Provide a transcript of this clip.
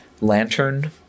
Lantern